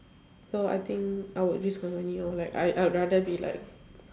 so I think I would risk my money lor like I I would rather be like